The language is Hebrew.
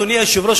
אדוני היושב-ראש,